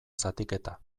zatiketa